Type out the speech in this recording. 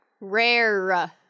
Rare